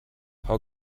how